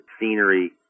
scenery